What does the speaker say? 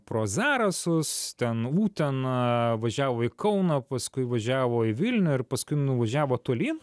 pro zarasus ten uteną važiavo į kauną paskui važiavo į vilnią ir paskui nuvažiavo tolyn